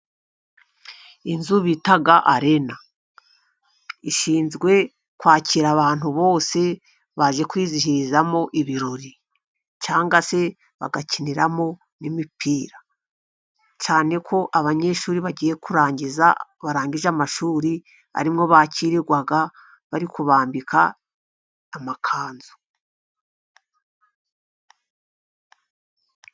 Inzu bita Arena. Ishinzwe kwakira abantu bose baje kwizihizamo ibirori, cyangwa se bagakiniramo n'imipira. Cyane ko abanyeshuri bagiye kurangiza, barangije amashuri ari mo bakirirwa bari kubambika amakanzu.